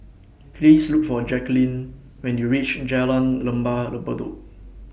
Please Look For Jacquline when YOU REACH Jalan Lembah Bedok